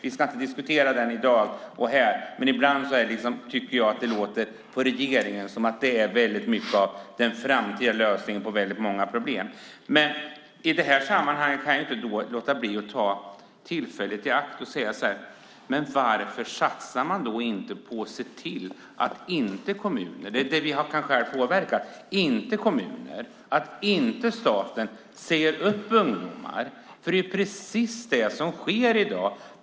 Vi ska inte diskutera den i dag, men ibland tycker jag att det låter på regeringen som om det är den framtida lösningen på väldigt många problem. I det här sammanhanget kan jag inte låta bli att ta tillfället i akt och säga: Varför satsar man då inte på något som vi själva kan påverka, nämligen att kommuner och staten inte säger upp ungdomar? Det är precis vad som sker i dag.